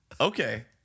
Okay